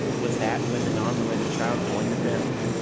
was that when the non-related child joined the family?